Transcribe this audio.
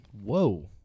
Whoa